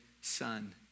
son